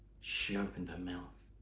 she opened her mouth.